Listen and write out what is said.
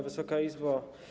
Wysoka Izbo!